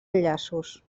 enllaços